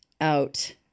out